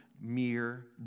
mere